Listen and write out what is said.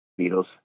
Beatles